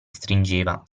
stringeva